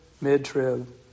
mid-trib